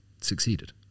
succeeded